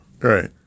Right